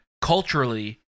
culturally